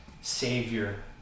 Savior